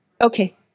Okay